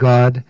God